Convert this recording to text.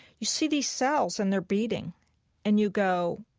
you see these cells and they're beating and you go,